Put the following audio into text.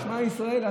שמע ישראל.